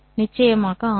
நிச்சயமாக ஆம்